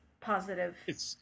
positive